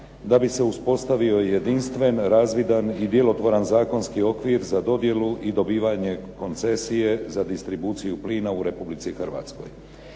da bi se uspostavio jedinstven, razvidan i djelotvoran zakonski okvir za dodjelu i dobivanje koncesije za distribuciju plina u Republici Hrvatskoj.